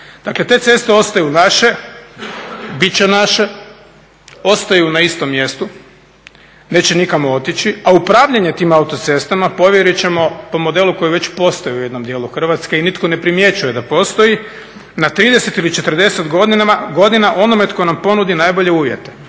te ceste ostaju naše, bit će naše, ostaju na istom mjestu, neće nikamo otići, a upravljanje tim autocestama povjerit ćemo po modelu koji već postoji u jednom dijelu Hrvatske i nitko ne primjećuje da postoji, na 30 ili 40 godina onome tko nam ponudi najbolje uvjete.